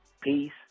Peace